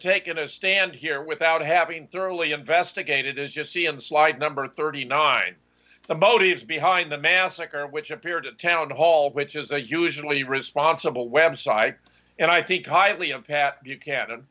taken a stand here without having thoroughly investigated as just see and slide number thirty nine the motives behind the massacre which appeared at town hall which is a usually responsible website and i think highly of pat buchanan